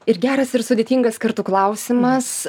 ir geras ir sudėtingas kartu klausimas